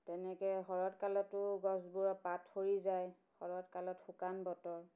তেনেকৈ শৰৎ কালতো গছবোৰৰ পাত সৰি যায় শৰৎ কালত শুকান বতৰ